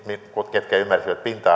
ketkä ymmärsivät pinta